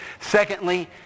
Secondly